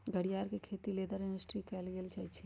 घरियार के खेती लेदर इंडस्ट्री लेल कएल जाइ छइ